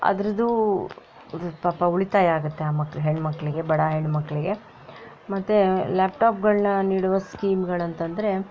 ಅದರದು ಪಾಪ ಉಳಿತಾಯ ಆಗತ್ತೆ ಆ ಮಕ್ಕಳು ಹೆಣ್ಣುಮಕ್ಕಳಿಗೆ ಬಡ ಹೆಣ್ಣುಮಕ್ಕಳಿಗೆ ಮತ್ತು ಲ್ಯಾಪ್ಟಾಪ್ಗಳನ್ನ ನೀಡುವ ಸ್ಕೀಮ್ಗಳಂತಂದ್ರೆ